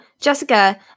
jessica